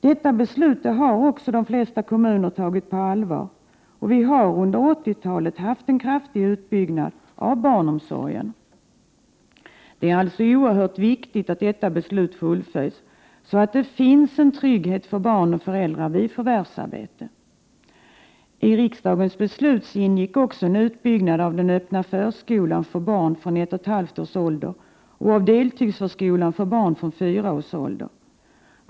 Detta beslut har de flesta kommuner också tagit på allvar, och vi har under 1980-talet haft en kraftig utbyggnad av barnomsorgen. Det är oerhört viktigt att detta beslut fullföljs, så att det finns en trygghet för barn och föräldrar vid förvärvsarbete. I riksdagens beslut ingick också en utbyggnad av den öppna förskolan för barn från ett och ett halvt års ålder och av deltidsförskolan för barn från fyra års ålder.